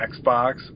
Xbox